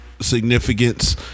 significance